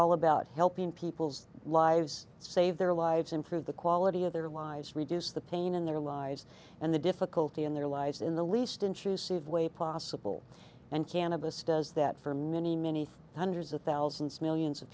all about helping people's lives save their lives improve the quality of their lives reduce the pain in their lives and the difficulty in their lives in the least intrusive way possible and cannabis does that for many many hundreds of thousands millions of